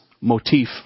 motif